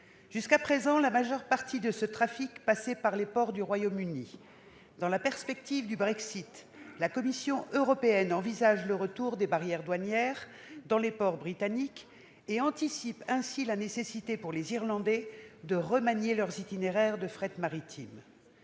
Jusqu'à présent, la majeure partie de ce trafic passait par les ports du Royaume-Uni. Dans la perspective du Brexit, la Commission européenne envisage le retour des barrières douanières dans les ports britanniques et anticipe ainsi la nécessité pour les Irlandais de remanier leurs itinéraires de fret maritime.